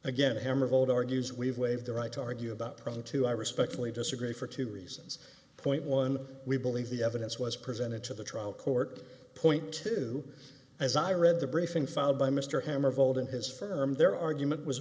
argues we've waived the right to argue about going to i respectfully disagree for two reasons point one we believe the evidence was presented to the trial court point two as i read the briefing filed by mr hammer vote in his firm their argument was